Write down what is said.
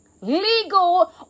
legal